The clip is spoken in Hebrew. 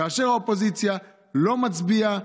כאשר האופוזיציה לא מצביעה,